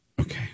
Okay